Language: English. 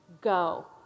go